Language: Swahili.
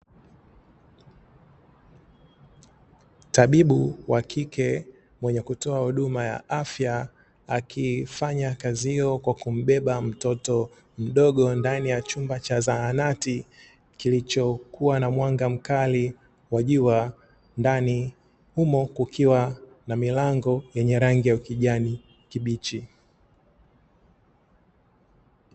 Tabibu wa kike mwenye kutoa huduma ya afya akifanya kazi hiyo kwa kumbeba mtoto mdogo ndani ya chumba cha zahanati, kilichokua na mwanga mkali wa jua ndani humo kukiwa na milango yenye rangi ya kijani kibichi.